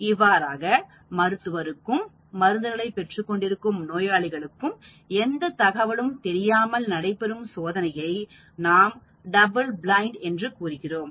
இவ்வாறாக மருத்துவருக்கும் மருந்துகளைப் பெற்றுக் கொண்டிருக்கும் நோயாளிகளுக்கும் எந்த தகவலும் தெரியாமல் நடைபெறும் சோதனையை நாம் டபுள் பிளைன்ட் என்று கூறுகிறோம்